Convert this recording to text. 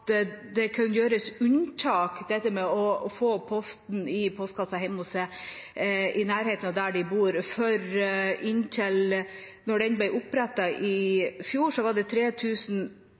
det kunne gjøres unntak i å få posten i postkassen hjemme hos seg selv, i nærheten av der man bor. Inntil den ble opprettet i 2017, var det